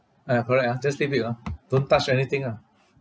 ah correct ah just leave it ah don't touch anything ah